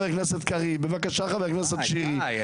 די,